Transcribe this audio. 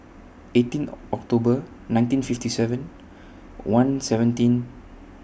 eighteen October nineteen fifty seven one seventeen